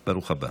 בבקשה,